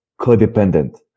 codependent